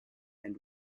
and